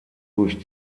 durch